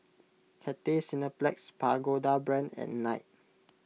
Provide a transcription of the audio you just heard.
Cathay Cineplex Pagoda Brand and Knight